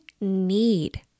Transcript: need